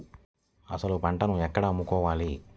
అసలు పంటను ఎక్కడ అమ్ముకోవాలి?